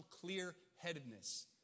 clear-headedness